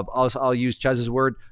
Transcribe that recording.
um ah so i'll use chezz's word,